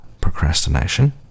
procrastination